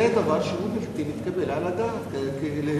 זה דבר שהוא בלתי מתקבל על הדעת כהתנהגות.